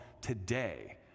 today